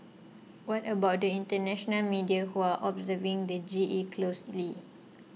what about the international media who are observing the G E closely